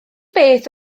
beth